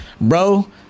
bro